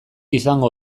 izango